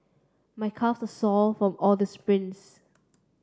my calves are sore from all the sprints